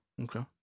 okay